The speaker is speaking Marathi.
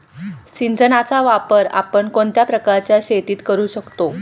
सिंचनाचा वापर आपण कोणत्या प्रकारच्या शेतीत करू शकतो?